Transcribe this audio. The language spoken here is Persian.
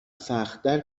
سختتر